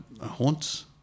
haunts